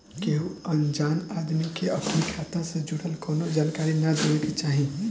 केहू अनजान आदमी के अपनी खाता से जुड़ल कवनो जानकारी ना देवे के चाही